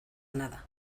nada